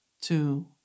two